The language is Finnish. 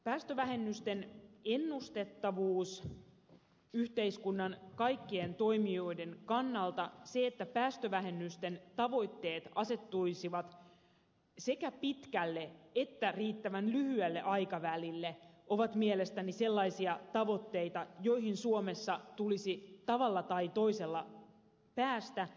päästövähennysten ennustettavuus yhteiskunnan kaikkien toimijoiden kannalta ja se että päästövähennysten tavoitteet asettuisivat sekä pitkälle että riittävän lyhyelle aikavälille ovat mielestäni sellaisia tavoitteita joihin suomessa tulisi tavalla tai toisella päästä